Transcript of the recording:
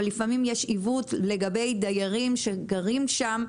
אבל לפעמים יש עיוות לגבי דיירים שהם גרים שם,